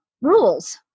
rules